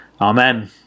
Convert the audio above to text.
Amen